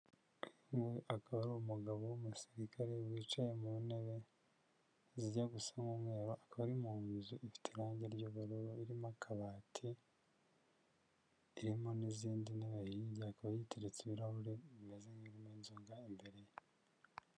Uyu akaba ari umugabo w'umusirikare wicaye mu ntebe zijya gusa n'umweru, akaba ari munzu ifite irangi ry'ubururu ririmo akabati, irimo n'izindi ntebe hirya, akaba yiteretse ibirahure bimeze nk'ibirimo inzoga imbere ye.